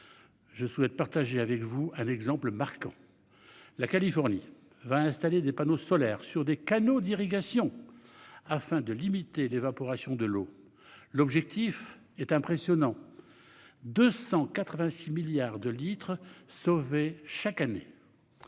Je souhaite partager avec vous un exemple marquant : la Californie va installer des panneaux solaires sur des canaux d'irrigation afin de limiter l'évaporation de l'eau. L'objectif est impressionnant : sauver 286 milliards de litres d'eau chaque année !